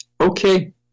okay